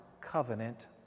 covenant